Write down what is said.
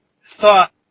thought